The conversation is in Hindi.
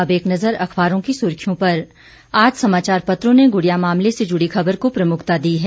अब एक नज़र अखबारों की सुर्खियों पर आज समाचार पत्रों ने गुड़िया मामले से जुड़ी खबर को प्रमुखता दी है